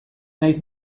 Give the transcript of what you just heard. nahi